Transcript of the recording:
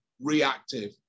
reactive